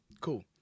Cool